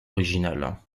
originale